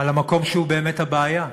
על המקום שהוא באמת הבעיה.